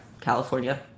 California